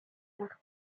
nach